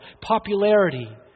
popularity